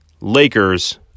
Lakers